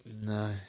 No